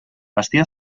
vestia